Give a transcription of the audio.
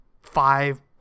five